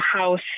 house